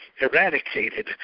eradicated